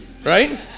Right